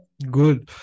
Good